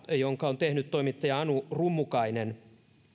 jonka on tehnyt toimittaja anu rummukainen